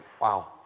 Wow